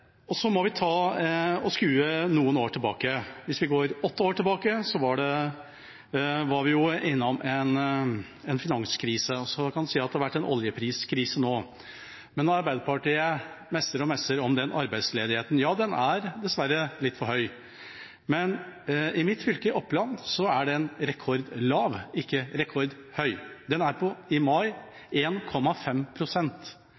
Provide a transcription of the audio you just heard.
mye. Så må vi skue noen år tilbake. Hvis vi går åtte år tilbake, var vi innom en finanskrise, og så kan en si at det har vært en oljepriskrise nå. Men når Arbeiderpartiet messer og messer om den arbeidsledigheten: Ja, den er dessverre litt for høy. Men i mitt fylke, Oppland, er den rekordlav, ikke rekordhøy. I mai